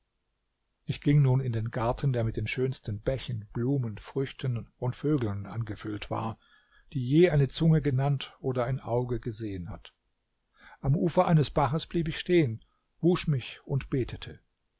ich ging nun in den garten der mit den schönsten bächen blumen früchten und vögeln angefüllt war die je eine zunge genannt oder ein auge gesehen hat am ufer eines baches blieb ich stehen wusch mich und betete